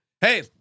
Hey